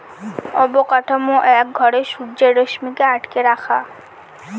অবকাঠামো এক ঘরে সূর্যের রশ্মিকে আটকে রাখে